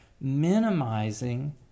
minimizing